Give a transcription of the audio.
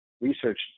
research